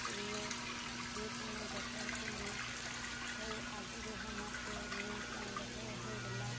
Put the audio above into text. ৰোৱে যেইকোনো গছৰ পুলিসেই আজৰি সময়তে ৰুই তেওঁলোকে সেইবিলাক